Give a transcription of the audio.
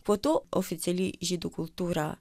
po to oficialiai žydų kultūra